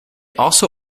also